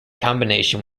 combination